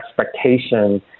expectation